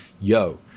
Yo